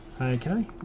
Okay